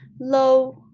low